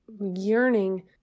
yearning